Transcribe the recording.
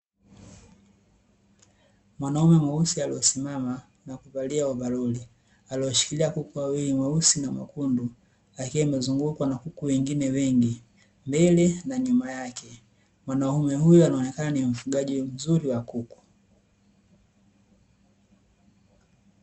Mwanaume mweusi aliyesimama na kuvalia ovalori, aliyeshikilia kuku wawili mweusi na mwekundu, lakini amezungukwa na kuku wengine wengi mbele na nyuma yake. Mwanaume huyo anaonekana ni mfugaji mzuri wa kuku.